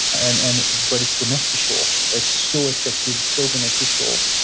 and and but it's beneficial. it's so effective, it's so beneficial.